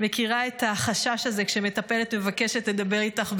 מכירה את החשש הזה כשמטפלת מבקשת לדבר איתך ביחידות: